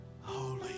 holy